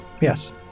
Yes